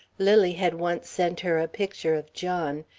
lily had once sent her a picture of john,